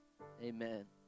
Amen